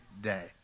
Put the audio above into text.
day